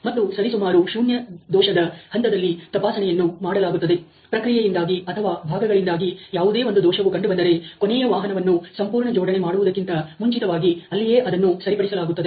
ಮತ್ತು ಸರಿಸುಮಾರು ಶೂನ್ಯ ದೋಷದ ಹಂತದಲ್ಲಿ ತಪಾಸಣೆಯನ್ನು ಮಾಡಲಾಗುತ್ತದೆ ಪ್ರಕ್ರಿಯೆಯಿಂದಾಗಿ ಅಥವಾ ಭಾಗಗಳಿಂದಾಗಿ ಯಾವುದೇ ಒಂದು ದೋಷವು ಕಂಡುಬಂದರೆ ಕೊನೆಯ ವಾಹನವನ್ನು ಸಂಪೂರ್ಣ ಜೋಡಣೆ ಮಾಡುವುದಕ್ಕಿಂತ ಮುಂಚಿತವಾಗಿ ಅಲ್ಲಿಯೇ ಅದನ್ನು ಸರಿಪಡಿಸಲಾಗುತ್ತದೆ